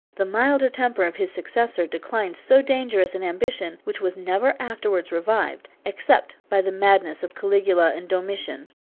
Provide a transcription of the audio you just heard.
the milder temper of his successor declined so dangerous an ambition, which was never afterwards revived, except by the madness of caligula and domitian.